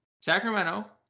Sacramento